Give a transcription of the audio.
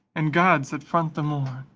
and gods that front the morn!